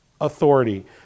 authority